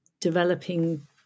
developing